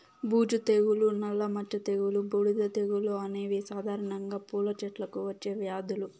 బూజు తెగులు, నల్ల మచ్చ తెగులు, బూడిద తెగులు అనేవి సాధారణంగా పూల చెట్లకు వచ్చే వ్యాధులు